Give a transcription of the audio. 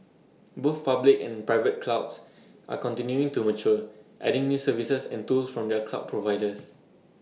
both public and private clouds are continuing to mature adding new services and tools from their cloud providers